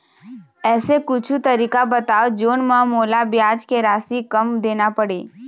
ऐसे कुछू तरीका बताव जोन म मोला ब्याज के राशि कम देना पड़े?